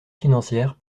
financières